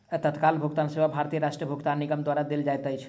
तत्काल भुगतान सेवा भारतीय राष्ट्रीय भुगतान निगम द्वारा देल जाइत अछि